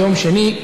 ביום שני,